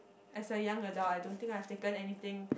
as a young adult I don't think I have taken anything